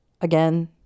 Again